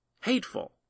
hateful